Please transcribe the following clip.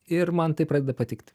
ir man tai pradeda patikti